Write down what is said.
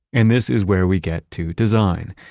and this is where we get to design.